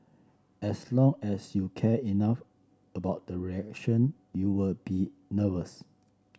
as long as you care enough about the reaction you will be nervous